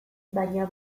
baina